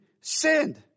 sinned